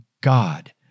God